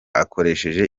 akoresheje